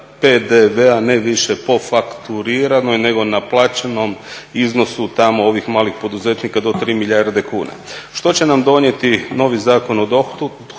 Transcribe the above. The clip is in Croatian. PDV-a, ne više po fakturiranom, nego naplaćenom iznosu tamo ovih malih poduzetnika do 3 milijarde kuna. Što će nam donijeti novi Zakon o dohotku?